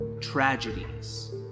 Tragedies